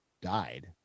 died